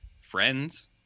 friends